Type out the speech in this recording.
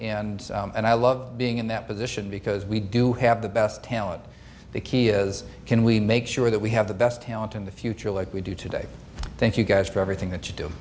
in and i love being in that position because we do have the best talent the key is can we make sure that we have the best talent in the future like we do today thank you guys for everything that you do